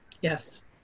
Yes